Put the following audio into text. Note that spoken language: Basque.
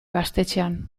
gaztetxean